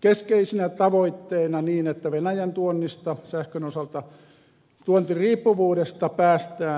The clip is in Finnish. keskeisenä tavoitteena niin että venäjän tuonnista sähkön osalta tuontiriippuvuudesta päästään